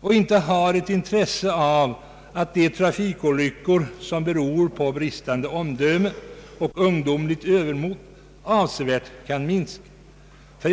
och inte har intresse av att de trafikolyckor som beror på bristande omdöme och ungdomligt övermod avsevärt kan minskas.